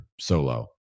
solo